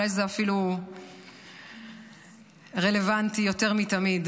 אולי זה אפילו רלוונטי יותר מתמיד: